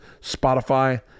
Spotify